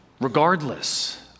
regardless